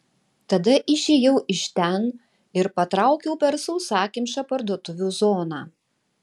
tada išėjau iš ten ir patraukiau per sausakimšą parduotuvių zoną